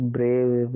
Brave